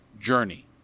journey